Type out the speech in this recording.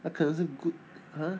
他可能是 good !huh!